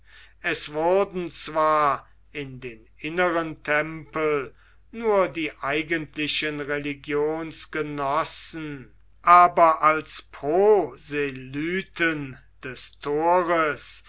es wurden zwar in den inneren tempel nur die eigentlichen religionsgenossen aber als proselyten des tores